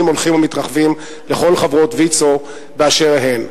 הולכים ומתרחבים לכל חברות ויצו באשר הן.